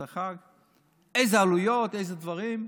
איזה עלויות, איזה דברים.